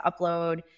upload